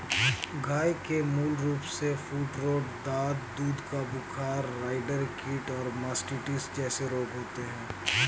गय के मूल रूपसे फूटरोट, दाद, दूध का बुखार, राईडर कीट और मास्टिटिस जेसे रोग होते हें